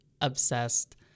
obsessed